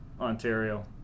Ontario